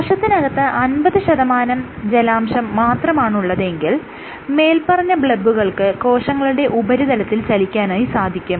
കോശത്തിനകത്ത് അൻപത് ശതമാനം ജലാംശം മാത്രമാണുള്ളതെങ്കിൽ മേല്പറഞ്ഞ ബ്ളെബുകൾക്ക് കോശങ്ങളുടെ ഉപരിതലത്തിൽ ചലിക്കാനായി സാധിക്കും